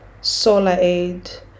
SolarAid